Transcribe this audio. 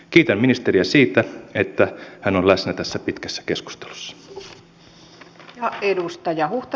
kiitän ministeriä siitä että hän on läsnä tässä pitkässä keskustelussa